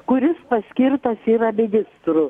kuris paskirtas yra ministru